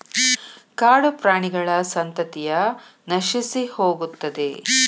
ಕಾಡುಪ್ರಾಣಿಗಳ ಸಂತತಿಯ ನಶಿಸಿಹೋಗುತ್ತದೆ